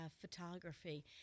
photography